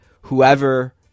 whoever